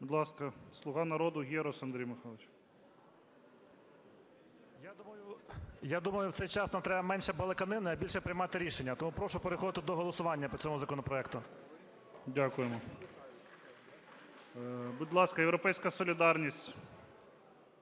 Будь ласка, "Слуга народу", Герус Андрій Михайлович. 14:26:00 ГЕРУС А.М. Я думаю, в цей час нам треба менше балаканини, а більше приймати рішення. Тому прошу переходити до голосування по цьому законопроекту. ГОЛОВУЮЧИЙ. Дякуємо. Будь ласка, "Європейська солідарність",